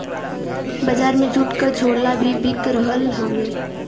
बजार में जूट क झोला भी बिक रहल हउवे